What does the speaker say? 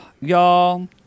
Y'all